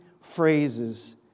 phrases